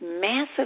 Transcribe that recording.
massive